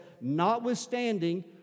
notwithstanding